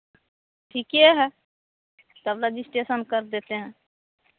ठीके है तब रजिस्ट्रेशन कर देते हैं